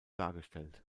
dargestellt